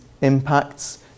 impacts